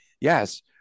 Yes